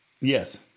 Yes